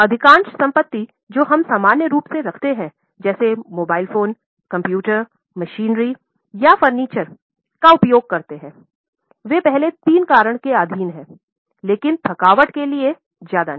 अधिकांश संपत्ति जो हम सामान्य रूप से रखते हैं जैसे मोबाइल फोन कंप्यूटर मशीनरी या फर्नीचर का उपयोग करते वे पहले तीन कारण के अधीन हैं लेकिन थकावट के लिए ज्यादा नहीं